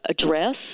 address